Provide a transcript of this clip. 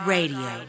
Radio